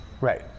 Right